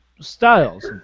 styles